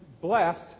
blessed